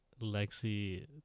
Lexi